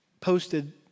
posted